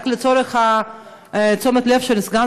רק, לתשומת הלב של סגן